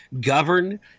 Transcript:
govern